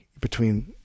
between-